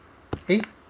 eh